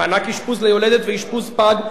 מענק אשפוז ליולדת ואשפוז פג,